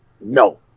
No